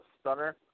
stunner